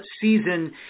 season